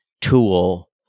tool